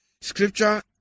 scripture